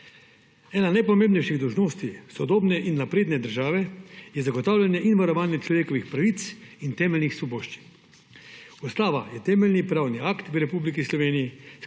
Ena najpomembnejših dolžnosti sodobne in napredne države je zagotavljanje in varovanje človekovih pravic in temeljnih svoboščin. Ustava je temeljni pravni akt v Republiki Sloveniji,